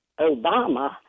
Obama